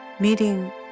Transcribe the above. Meeting